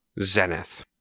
Zenith